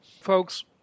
Folks